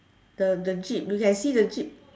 the the jeep you can see the jeep